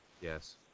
yes